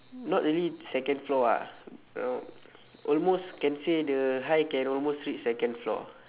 not really second floor ah uh almost can say the height can almost reach second floor ah